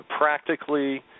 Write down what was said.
practically